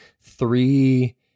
three